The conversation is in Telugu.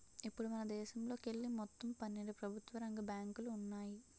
ఇప్పుడు మనదేశంలోకెళ్ళి మొత్తం పన్నెండు ప్రభుత్వ రంగ బ్యాంకులు ఉన్నాయి